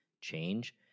change